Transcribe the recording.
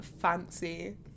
fancy